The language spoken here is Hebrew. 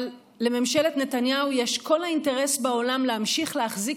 אבל לממשלת נתניהו יש כל האינטרס בעולם להמשיך להחזיק